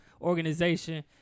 organization